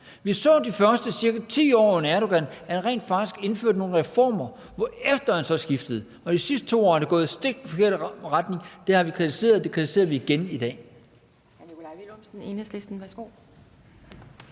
Vi så i de første ca. 10 år, at Erdogan rent faktisk indførte nogle reformer, hvorefter han så skiftede, og de sidste 2 år er det gået stik i den forkerte retning. Det har vi kritiseret, og det kritiserede vi igen i dag.